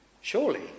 Surely